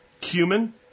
cumin